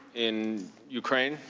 in ukraine?